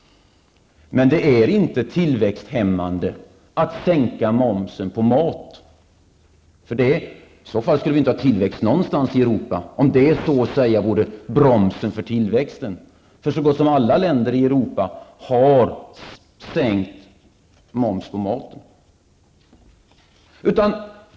Men det är inte tillväxthämmande att sänka momsen på mat. Om det så att säga vore bromsen för tillväxt, skulle det inte förekomma någon tillväxt någonstans i Europa. Så gott som alla länder i Europa har lägre moms på maten.